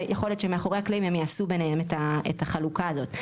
ויכול להיות שמאחורי הקלעים הם יעשו ביניהם את החלוקה הזאת.